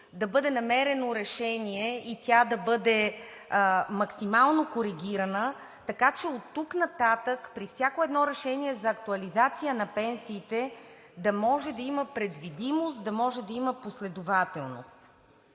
да бъде намерено решение и тя да бъде максимално коригирана, така че оттук нататък при всяко едно решение за актуализация на пенсиите да може да има предвидимост, да може да има последователност.